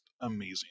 amazing